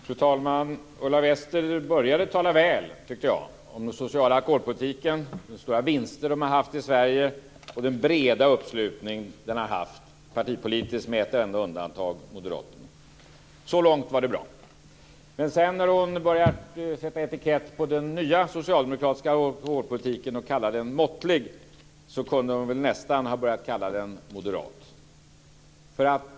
Fru talman! Ulla Wester började med att tala väl, tyckte jag, om den sociala alkoholpolitiken, de stora vinster som har gjorts i Sverige och den breda uppslutning som den har haft partipolitiskt med ett enda undantag - Moderaterna. Så långt var det bra. Men sedan, när hon började att sätta etikett på den nya socialdemokratiska alkoholpolitiken och kallade den måttlig, så kunde hon väl nästan ha börjat kalla den moderat.